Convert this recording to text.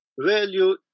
value